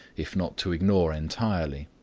if not to ignore entirely.